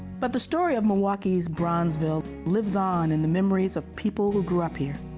but the story of milwaukee's bronzeville lives on in the memories of people who grew up here.